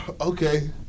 okay